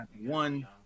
One